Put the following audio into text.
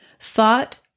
thought